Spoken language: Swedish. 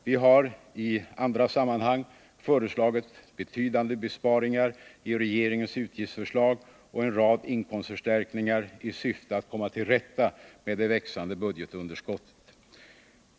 Vi har i andra sammanhang föreslagit betydande besparingar i regeringens utgiftsförslag och en rad inkomstförstärkningar i syfte att komma till rätta med det växande budgetunderskottet.